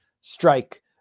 strike